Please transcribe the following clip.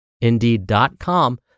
indeed.com